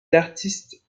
artistes